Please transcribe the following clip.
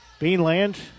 Beanland